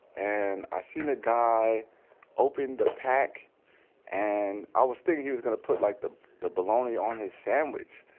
and i seen a guy open the pack and i was thinking he was gonna put like the the bologna on his sandwich.